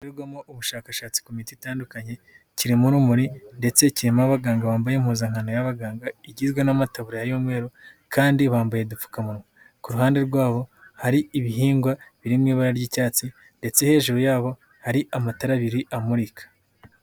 Bibigwamo ubushakashatsi ku miti itandukanye kirimo urumuri ndetse kirimo abaganga bambaye impuzankano y'abaganga igizwe n'amataburaya y'umweru kandi bambaye udupfukamunwa ku ruhande rwabo hari ibihingwa birimwo ibara ry'icyatsi ndetse hejuru yabo hari amatara abiri amurika.